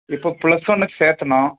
இப்போ ப்ளஸ் ஒன்னுக்கு சேர்த்தணும்